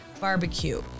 barbecue